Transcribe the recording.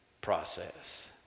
process